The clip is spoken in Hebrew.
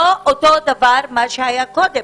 לא אותו דבר מה שהיה קודם.